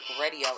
Radio